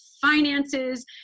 finances